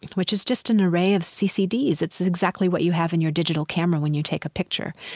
which is just an array of ccds. it's exactly what you have in your digital camera when you take a picture.